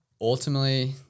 ultimately